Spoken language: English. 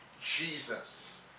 Jesus